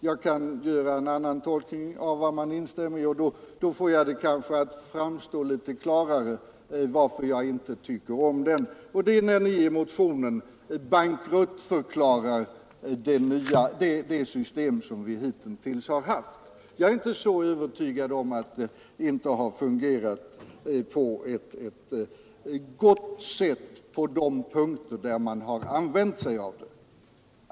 Jag kan göra en annan tolkning av vad man instämmer i, och då får jag det kanske att framstå litet klarare varför jag inte tycker om detta. Jag syftar på att ni i motionen bankruttförklarar det system som vi hitintills har haft. Jag är inte så övertygad om att detta inte har fungerat på ett gott sätt på de punkter där man har använt sig av det.